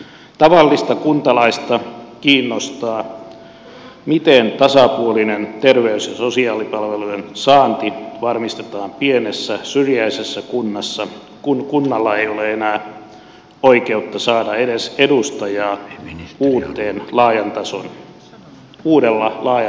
tavallista kuntalaista kiinnostaa miten tasapuolinen terveys ja sosiaalipalvelujen saanti varmistetaan pienessä syrjäisessä kunnassa kun kunnalla ei ole enää oikeutta saada edes edustajaa uudella laajan tason sote alueella